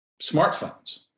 smartphones